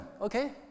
okay